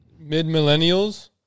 Mid-millennials